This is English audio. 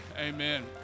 Amen